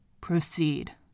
proceed